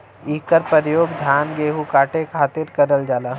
इकर परयोग धान गेहू काटे खातिर करल जाला